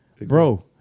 Bro